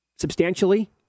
substantially